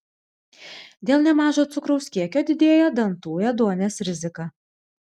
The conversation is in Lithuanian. dėl nemažo cukraus kiekio didėja dantų ėduonies rizika